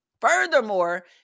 Furthermore